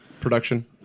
production